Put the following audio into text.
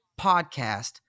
podcast